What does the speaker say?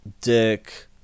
Dick